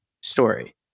story